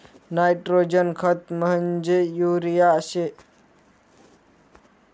nitrogen खत म्हंजी urea शे